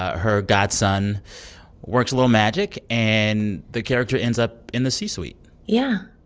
her godson works a little magic, and the character ends up in the c-suite yeah,